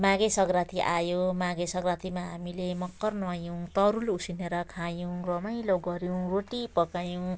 माघे सङ्कान्ति आयो माघे सङ्कान्तिमा हामीले मकर नुहायौँ तरुल उसिनेर खायौँ रमाइलो गऱ्यौँ रोटी पकायौँ